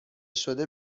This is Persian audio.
شده